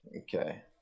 okay